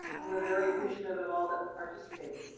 and we're very appreciative of all that were participated.